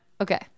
Okay